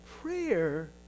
prayer